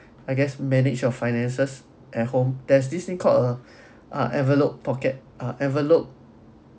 I guess manage your finances at home there's this thing called a ah envelope pocket ah envelope